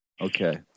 Okay